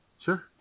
Sure